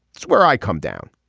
it's where i come down.